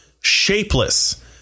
shapeless